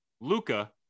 Luca